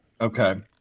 Okay